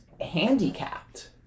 handicapped